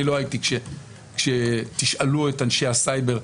אני לא הייתי כשתשאלו את אנשי הסייבר.